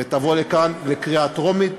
ותבוא לכאן לקריאה ראשונה.